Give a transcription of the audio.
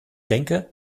denke